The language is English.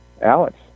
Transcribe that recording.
Alex